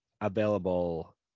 available